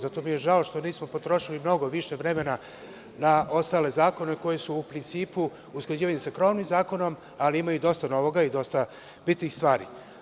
Zato mi je žao što nismo potrošili mnogo više vremena na ostale zakone koji su u principu usklađivanje sa krovnim zakonom, ali imaju dosta novog i dosta bitnih stvari.